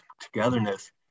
togetherness